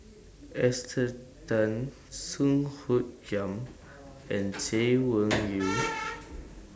Esther Tan Song Hoot Kiam and Chay Weng Yew